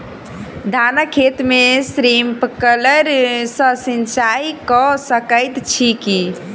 धानक खेत मे स्प्रिंकलर सँ सिंचाईं कऽ सकैत छी की?